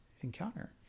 encounter